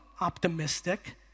optimistic